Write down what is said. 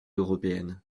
européenne